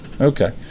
Okay